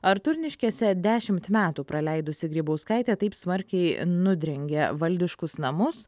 ar turniškėse dešimt metų praleidusi grybauskaitė taip smarkiai nudrengė valdiškus namus